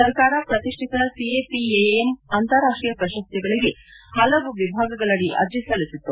ಸರ್ಕಾರ ಪ್ರತಿಡ್ಡಿತ ಸಿಎಪಿಎಎಂ ಅಂತಾರಾಷ್ಟ್ರೀಯ ಪ್ರಶಸ್ತಿಗಳಿಗೆ ಹಲವು ವಿಭಾಗಗಳದಿ ಅರ್ಜಿ ಸಲ್ಲಿಸಿತ್ತು